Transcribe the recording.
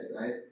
right